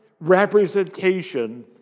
representation